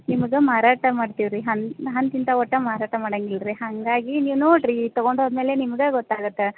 ನಿಮ್ಗೆ ಮಾರಾಟ ಮಾಡ್ತೀವಿ ರೀ ಅಂತಿಂಥವ್ ವಟ ಮಾರಾಟ ಮಾಡೋಂಗಿಲ್ಲ ರೀ ಹಾಗಾಗಿ ನೀವು ನೋಡಿರಿ ತೊಗೊಂಡು ಹೋದ ಮೇಲೆ ನಿಮ್ಗೇ ಗೊತ್ತಾಗತ್ತೆ